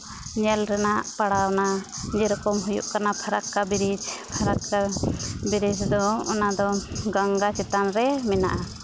ᱧᱮᱞ ᱨᱮᱱᱟᱜ ᱯᱟᱲᱟᱣ ᱱᱟ ᱡᱮᱨᱚᱠᱚᱢ ᱦᱩᱭᱩᱜ ᱠᱟᱱᱟ ᱯᱷᱟᱨᱟᱠᱠᱷᱟ ᱵᱨᱤᱡᱽ ᱯᱷᱟᱨᱟᱠᱠᱟ ᱵᱨᱤᱡᱽ ᱫᱚ ᱚᱱᱟ ᱫᱚ ᱜᱚᱝᱜᱟ ᱪᱮᱛᱟᱱ ᱨᱮ ᱢᱮᱱᱟᱜᱼᱟ